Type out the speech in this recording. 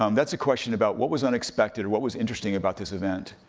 um that's a question about what was unexpected, or what was interesting about this event?